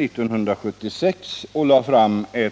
1976 ändrade man sig.